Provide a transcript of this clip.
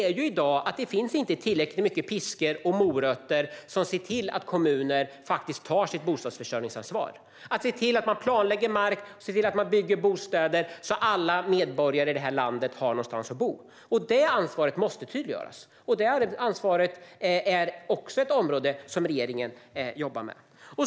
I dag finns inte tillräckligt mycket piskor och morötter som ser till att kommuner tar sitt bostadsförsörjningsansvar, planlägger mark och bygger bostäder så att alla medborgare i detta land har någonstans att bo. Detta ansvar måste tydliggöras, och det är också ett område som regeringen jobbar med.